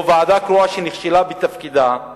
או ועדה קרואה שנכשלה בתפקידה,